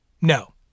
No